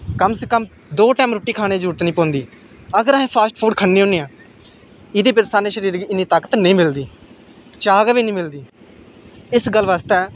कम से कम दो टैम रुट्टी खाने दी जरूरत निं पौंदी अगर अहें फास्ट फूड खन्ने होन्ने आं एह्दे बिच्च साढ़े शरीर गी इन्नी ताकत नेईं मिलदी चाह् के बी निं मिलदी एस गल्ल बास्तै